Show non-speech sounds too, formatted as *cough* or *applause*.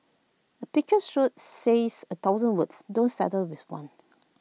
A picture *unintelligible* says A thousand words don't settle with one